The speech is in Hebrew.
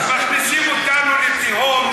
מכניסים אותנו לתהום.